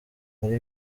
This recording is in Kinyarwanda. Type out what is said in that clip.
muri